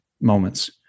moments